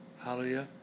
Hallelujah